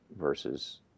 versus